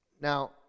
Now